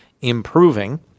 improving